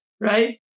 right